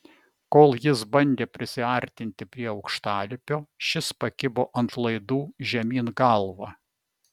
kol jis bandė prisiartinti prie aukštalipio šis pakibo ant laidų žemyn galva